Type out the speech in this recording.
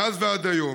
מאז ועד היום,